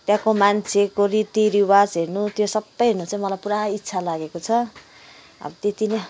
त्यहाँको मान्छेको रीति रिवाज हेर्नु त्यो सबै हेर्न चाहिँ मलाई पुरा इच्छा लागेको छ अब त्यति नै हो